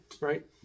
Right